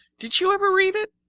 did you ever read it,